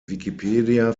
wikipedia